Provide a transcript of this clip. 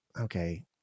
okay